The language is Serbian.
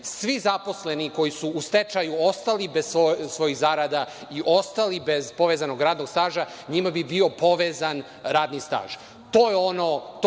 svi zaposleni koji su u stečaju ostali bez svojih zarada i ostali bez povezanog radnog staža, njima bi bio povezan radni staž.